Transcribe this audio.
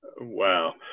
Wow